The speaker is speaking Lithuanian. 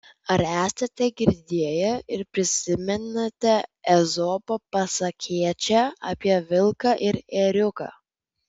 ar esate girdėję ir prisimenate ezopo pasakėčią apie vilką ir ėriuką